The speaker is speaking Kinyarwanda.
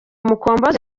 mukombozi